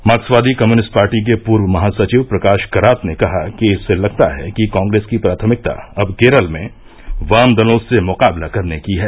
मार्कसवादी communist party के पूर्व महासचिव प्रकाश करात ने कहा है कि इससे लगता है कि कांग्रेस की प्राथमिकता अब केरल में वाम दलों से मुकाबला करने की है